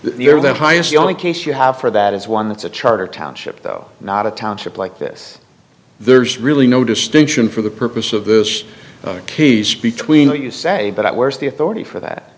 times the only case you have for that is one that's a charter township though not a township like this there's really no distinction for the purpose of this case between what you say but where's the authority for that